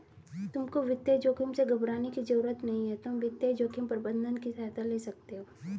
तुमको वित्तीय जोखिम से घबराने की जरूरत नहीं है, तुम वित्तीय जोखिम प्रबंधन की सहायता ले सकते हो